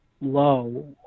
low